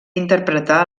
interpretà